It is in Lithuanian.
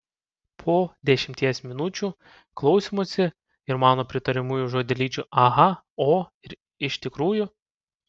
po dešimties minučių klausymosi ir mano pritariamųjų žodelyčių aha o ir iš tikrųjų